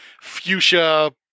fuchsia